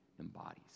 embodies